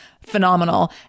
phenomenal